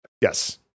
Yes